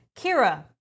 Kira